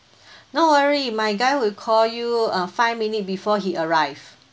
no worry my guy will call you uh five minute before he arrive